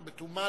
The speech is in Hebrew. בתומו,